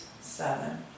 seven